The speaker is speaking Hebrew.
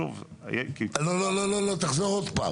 תחזור שוב.